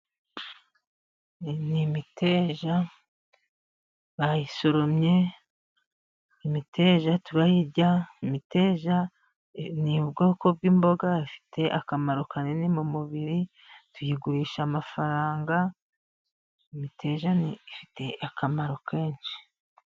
Iyi ni imiteja bayisoromye, imiteja turayirya, imiteja ni ubwoko bw'imboga bufite akamaro kanini mu mubiri, tuyigurisha amafaranga, imiteja ifite akamaro kenshi.